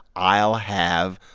i'll have,